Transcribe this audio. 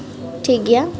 ᱴᱷᱤᱠ ᱜᱮᱭᱟ